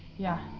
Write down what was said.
yeah.